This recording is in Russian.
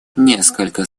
несколько